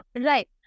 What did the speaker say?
Right